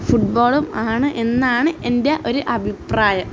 ഫുട് ബോളും ആണ് എന്നാണ് എൻ്റെ ഒരു അഭിപ്രായം